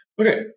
Okay